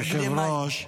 היושב-ראש,